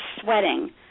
sweating